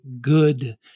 good